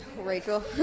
Rachel